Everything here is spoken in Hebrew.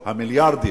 המשמעות.